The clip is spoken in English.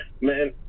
man